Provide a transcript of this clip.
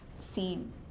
scene